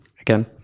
again